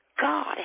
God